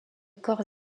corps